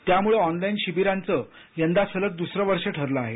त्यामुळं ऑनलाईन शिबिरांचं यंदा सलग द्सरं वर्ष ठरलं आहे